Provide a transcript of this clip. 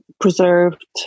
preserved